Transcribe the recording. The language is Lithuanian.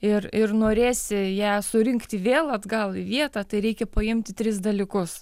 ir ir norėsi ją surinkti vėl atgal į vietą tai reikia paimti tris dalykus